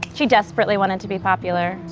she desperately wanted to be popular.